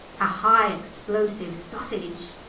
a high explosive sausage.